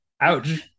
Ouch